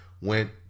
went